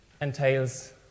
entails